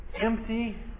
empty